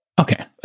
Okay